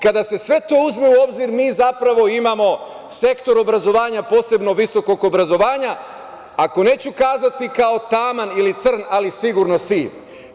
Kada se sve to uzme u obzir mi zapravo imamo sektor obrazovanja posebnog visokog obrazovanja, ako neću kazati kao taman ili crn, ali sigurno siv.